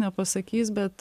nepasakys bet